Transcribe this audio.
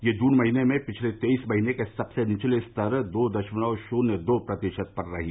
यह जून महीने में पिछले तेईस महीने के सबसे निचले स्तर दो दशमलव शून्य दो प्रतिशत पर रही